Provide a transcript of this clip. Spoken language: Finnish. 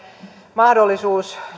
mahdollisuus